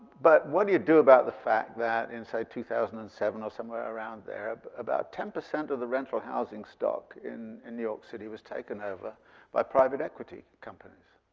but what do you do about the fact that in, say two thousand and seven or somewhere around there, about ten percent of the rental housing stock in in new york city was taken over by private equity companies?